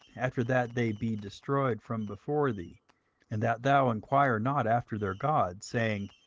after that they be destroyed from before thee and that thou enquire not after their gods, saying,